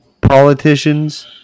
politicians